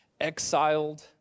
exiled